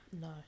No